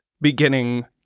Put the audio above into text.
beginning